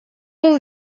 был